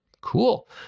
Cool